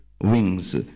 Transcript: wings